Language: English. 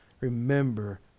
remember